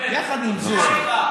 יחד עם זאת,